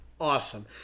awesome